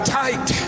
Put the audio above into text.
tight